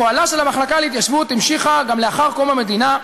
פועלה של המחלקה להתיישבות המשיך גם לאחר קום המדינה,